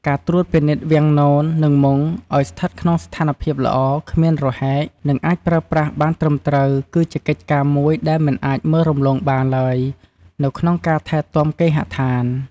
ការត្រួតពិនិត្យ វាំងនន និងមុង ឲ្យស្ថិតក្នុងស្ថានភាពល្អ គ្មានរហែក និងអាចប្រើប្រាស់បានត្រឹមត្រូវ គឺជាកិច្ចការមួយដែល មិនអាចមើលរំលងបាន ឡើយនៅក្នុងការថែទាំគេហដ្ឋាន។